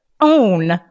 own